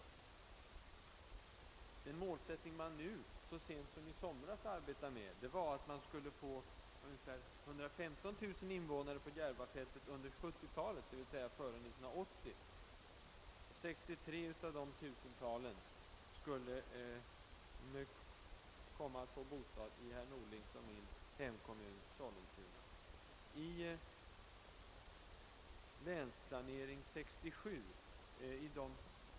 Den målsättning som man så sent som i somras arbetade med var att Järvafältet skulle få ungefär 115 000 invånare under 1970-talet, d. v. s. före 1980, och 63 000 av dem skulle få bostad i herr Norlings och min hemkommun Sollentuna.